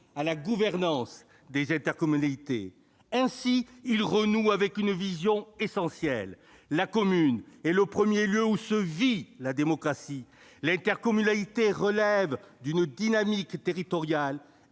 à la gouvernance des intercommunalités, renouant ainsi avec une vision essentielle : la commune est le premier lieu où se vit la démocratie. L'intercommunalité relève d'une dynamique territoriale,